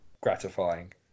gratifying